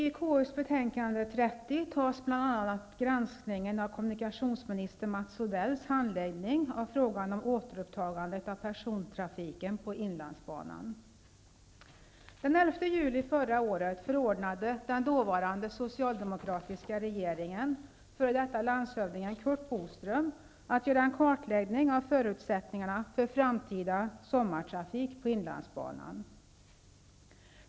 Herr talman! I KU:.s betänkande nr 30 tas bl.a. Curt Boström att göra en kartläggning av förutsättningarna för framtida sommartrafik på inlandsbanan.